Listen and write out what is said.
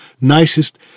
nicest